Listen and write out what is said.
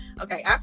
okay